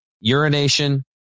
urination